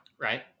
right